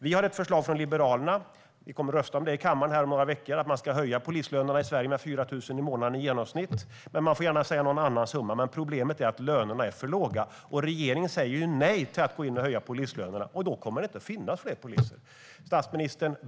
Vi har ett förslag från Liberalerna, som vi kommer att rösta om här i kammaren om några veckor, att man ska höja polislönerna i Sverige med 4 000 kronor i månaden i genomsnitt. Man får gärna säga någon annan summa, men problemet är att lönerna är för låga. Regeringen säger nej till att gå in och höja polislönerna, och då kommer det inte att finnas fler poliser.